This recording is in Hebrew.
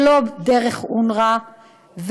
שלא דרך אונר"א,